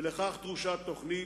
ולכך דרושה תוכנית,